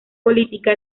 política